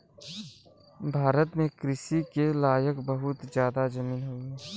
भारत में कृषि के लायक बहुत जादा जमीन हउवे